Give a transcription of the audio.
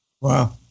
Wow